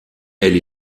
elle